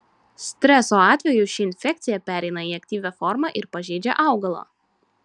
streso atveju ši infekcija pereina į aktyvią formą ir pažeidžia augalą